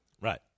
Right